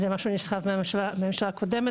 זה התחיל בממשלה הקודמת.